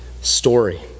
story